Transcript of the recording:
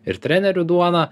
ir trenerių duona